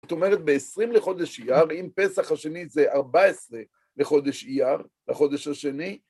זאת אומרת, ב-20 לחודש אייר, אם פסח השני זה 14 לחודש אייר, לחודש השני,